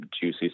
juicy